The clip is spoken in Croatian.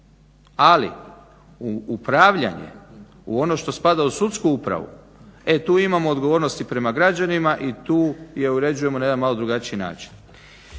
Ali u upravljanje, u ono što spada u sudsku upravu e tu imamo odgovornost i prema građanima i tu je uređujemo na jedan malo drugačiji način.